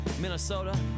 Minnesota